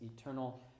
eternal